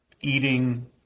eating